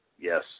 Yes